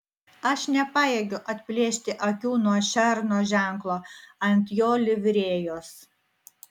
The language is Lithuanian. aš nepajėgiu atplėšti akių nuo šerno ženklo ant jo livrėjos